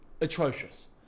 atrocious